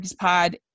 Pod